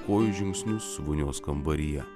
kojų žingsnius vonios kambaryje